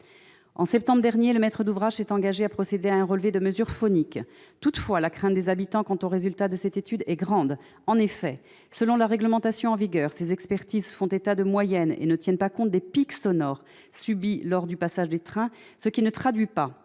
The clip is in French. En septembre dernier, le maître d'ouvrage s'est engagé à procéder à un relevé de mesures phoniques. Toutefois, la crainte des habitants quant aux résultats de cette étude est grande. En effet, selon la réglementation en vigueur, ces expertises font état de moyennes et ne tiennent pas compte des pics sonores subis lors du passage des trains, ce qui ne traduit pas